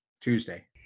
Tuesday